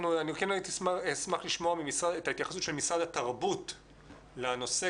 אשמח לשמוע את ההתייחסות של משרד התרבות לנושא.